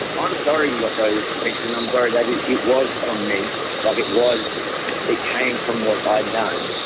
i'm sorry you got those like text and i'm sorry that it it was from me but it was it came from what i'd done.